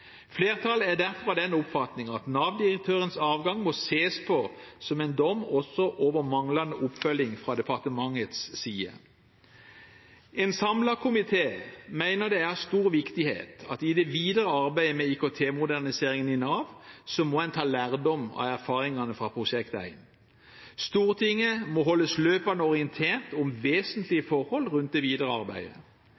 Flertallet er derfor av den oppfatning at Nav-direktørens avgang må ses på som en dom også over manglende oppfølging fra departementets side. En samlet komité mener det er av stor viktighet at en i det videre arbeidet med IKT-moderniseringen i Nav må ta lærdom av erfaringene fra Prosjekt 1. Stortinget må holdes løpende orientert om vesentlige forhold rundt det videre arbeidet.